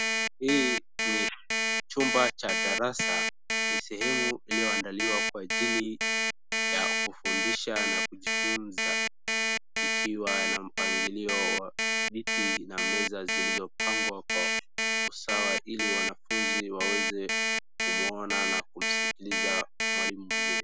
Hii ni chumba cha darasa. Ni sehemu iliyo andaliwa kwa ajili ya kufundisha na kujifunza, ikiwa na mpangilio wa viti na meza zilizopangwa kwa usawa ili wanafunzi waweze kumwona na kumsikiliza mwalimu vizuri.